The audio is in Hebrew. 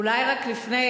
אולי רק לפני,